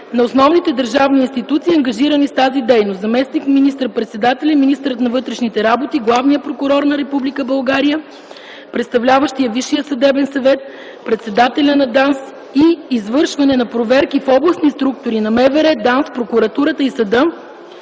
на основните държавни институции, ангажирани с тази дейност – заместник-министър председателя и министър на вътрешните работи, главния прокурор на Република България, представляващия Висшия съдебен съвет и председателя на ДАНС и извършване на проверки в областни структури на МВР, ДАНС, Прокуратурата и съда